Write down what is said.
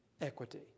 equity